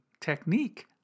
technique